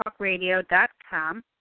talkradio.com